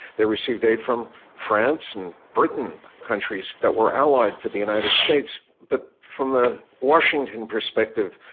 they received aid from france and britain, countries that were allied to the united states, but from the washington perspective,